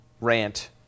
rant